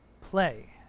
play